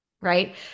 right